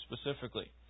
specifically